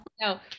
No